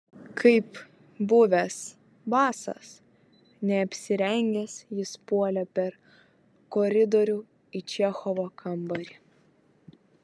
kaip buvęs basas neapsirengęs jis puolė per koridorių į čechovo kambarį